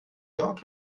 york